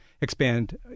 expand